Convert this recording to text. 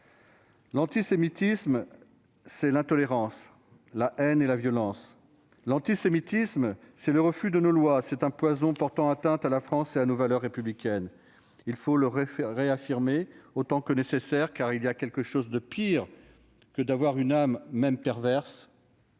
L'antisémitisme, c'est l'intolérance, la haine et la violence. L'antisémitisme, c'est le refus de nos lois. C'est un poison portant atteinte à la France et à nos valeurs républicaines. Il faut le réaffirmer autant que nécessaire, car « il y a quelque chose de pire que d'avoir une âme même perverse.